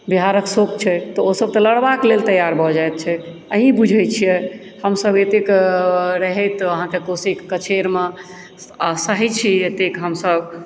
बिहारक शोक छै तऽ ओ सब तऽ लड़बाक लेल तैयार भऽ जाइत छैक अहीं बुझै छियै हमसब एतेक रहैत आहाँके कोशीके कछेर मे सहै छियै एतेक हमसब